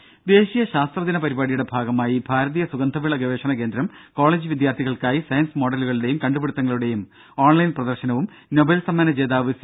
രും ദേശീയ ശാസ്ത്രദിന പരിപാടിയുടെ ഭാഗമായി ഭാരതീയ സുഗന്ധവിള ഗവേഷണ കേന്ദ്രം കോളേജ് വിദ്യാർത്ഥികൾക്കായി സയൻസ് മോഡലുകളുടെയും കണ്ടുപിടുത്തങ്ങളുടെയും ഓൺലൈൻ പ്രദർശനവും നോബൽ സമ്മാന ജേതാവ് സി